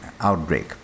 outbreak